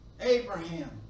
Abraham